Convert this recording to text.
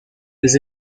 des